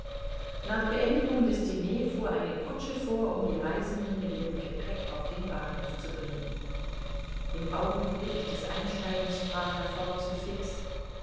nach beendigung des diner fuhr eine kutsche vor um die reisenden mit ihrem gepäck auf den bahnhof zu bringen im augenblick des einsteigens sprach herr fogg zu